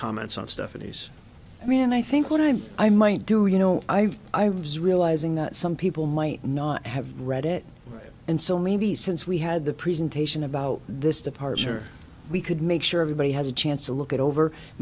comments on stephanie's i mean and i think what i'm i might do you know i i was realizing that some people might not have read it and so maybe since we had the presentation about this departure we could make sure everybody has a chance to look it over i